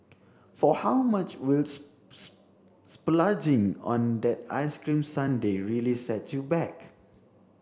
for how much will splurging on that ice cream sundae really set you back